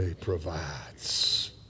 provides